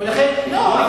לא,